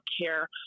care